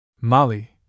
Molly